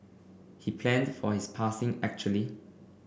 he planned for his passing actually